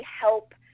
help